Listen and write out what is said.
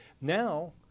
Now